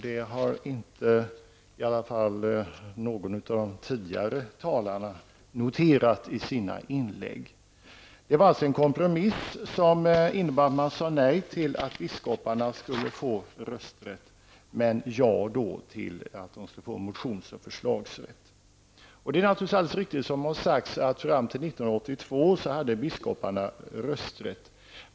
Detta har inte någon av de tidigare talarna noterat i sina inlägg. Denna kompromiss innebar att man sade nej till att biskoparna skulle få rösträtt i kyrkomötet men att man däremot sade ja till att dessa skulle få motions och förslagsrätt. Det är naturligtvis alldeles riktigt som har sagts att biskoparna fram till 1982 hade rösträtt.